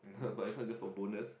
but this one just for bonus